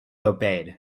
obeyed